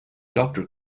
doctor